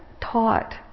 taught